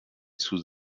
sous